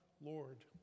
Lord